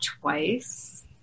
twice